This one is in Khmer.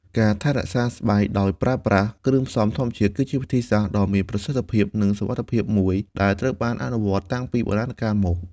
ការថែរក្សាស្បែកដោយប្រើប្រាស់គ្រឿងផ្សំធម្មជាតិ គឺជាវិធីដ៏មានប្រសិទ្ធភាព និងសុវត្ថិភាពមួយដែលត្រូវបានអនុវត្តតាំងពីបុរាណកាលមក។